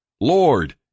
Lord